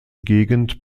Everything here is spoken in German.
gegend